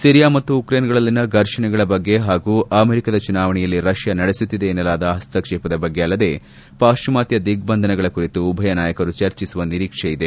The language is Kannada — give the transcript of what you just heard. ಸಿರಿಯಾ ಮತ್ತು ಉಕ್ರೇನ್ಗಳಲ್ಲಿನ ಫರ್ಷಣೆಗಳ ಬಗ್ಗೆ ಹಾಗೂ ಅಮೆರಿಕಾದ ಚುನಾವಣೆಯಲ್ಲಿ ರಷ್ಡಾ ನಡೆಸುತ್ತಿದೆ ಎನ್ನಲಾದ ಹಸ್ತಕ್ಷೇಪದ ಬಗ್ಗೆ ಅಲ್ಲದೆ ಪಾಶ್ಚಿಮಾತ್ಯ ದಿಗ್ಬಂಧನಗಳ ಕುರಿತು ಉಭಯ ನಾಯಕರು ಚರ್ಚಿಸುವ ನಿರೀಕ್ಷೆ ಇದೆ